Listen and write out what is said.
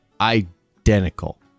identical